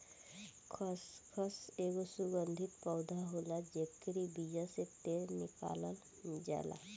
खसखस एगो सुगंधित पौधा होला जेकरी बिया से तेल निकालल जाला